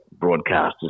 broadcasters